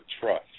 trust